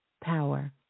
power